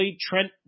Trent